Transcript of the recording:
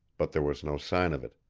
but there was no sign of it.